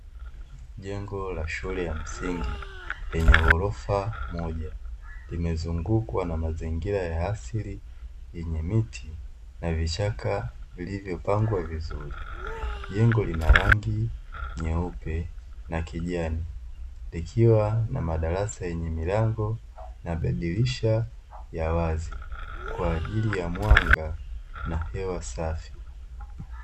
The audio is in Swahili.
Jengo la shule ya msingi lenye ghorofa moja limezungukwa na mazingira ya asili yenye miti na vichaka vilivyopangwa vizuri. Jengo lina rangi nyeupe na kijani, likiwa na madarasa yenye milango na madirisha ya wazi kwa ajili ya mwanga na hewa safi.